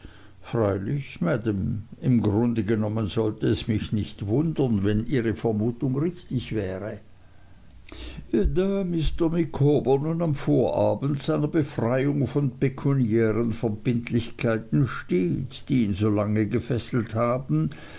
maam im grunde genommen sollte es mich nicht wundern wenn ihre vermutung richtig wäre da mr micawber nun am vorabend seiner befreiung von pekuniären verbindlichkeiten steht die ihn so lange gefesselt haben